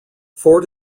four